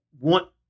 want